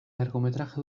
largometraje